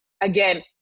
again